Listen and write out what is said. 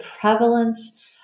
prevalence